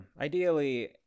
Ideally